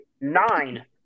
Nine